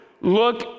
look